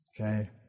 Okay